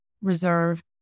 reserve